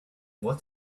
what